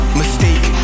mistake